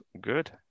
good